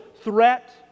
threat